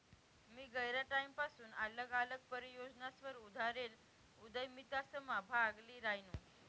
मी गयरा टाईमपसून आल्लग आल्लग परियोजनासवर आधारेल उदयमितासमा भाग ल्ही रायनू